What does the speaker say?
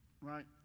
right